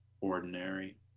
ordinary